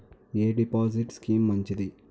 ఎ deposit scheme మంచిది?